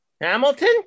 Hamilton